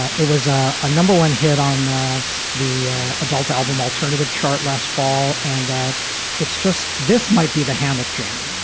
ah it was a ah number one hit on the adult album alternative chart last fall. and it's just this might be the hammock jam.